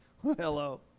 Hello